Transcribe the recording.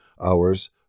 Hours